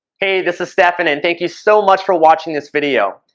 hey, this is stefan and thank you so much for watching this video.